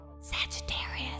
Sagittarius